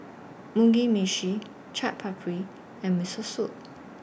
Mugi Meshi Chaat Papri and Miso Soup